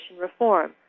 Reform